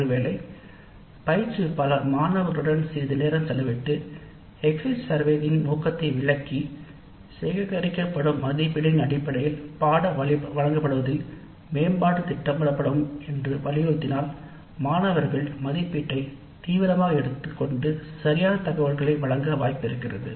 ஒருவேளை பயிற்றுவிப்பாளர் exit survey யின் பயன் குறித்தும் சேகரிக்கப்படும் மதிப்பீடுகளின் அடிப்படையில் பாடத்திட்டம் மேம்படுத்தப்படும் என்றும் சேகரிக்கப்படும் டேட்டா முறையான முறையில் பயன்படுத்தப்படும் என்றும் மாணவர்களுக்கு விளக்கமாக கூறினால் மாணவர்கள் மதிப்பீட்டை சரியாக மற்றும் நேர்மையாக வழங்க வாய்ப்பிருக்கிறது